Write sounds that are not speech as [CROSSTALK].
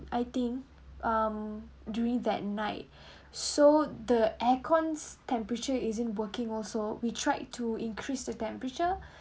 I think um during that night [BREATH] so the aircon temperature isn't working also we tried to increase the temperature [BREATH]